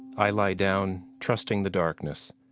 i lie down trusting the darkness,